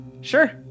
sure